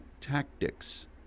tactics